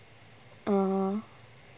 (uh huh)